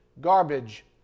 garbage